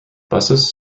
buses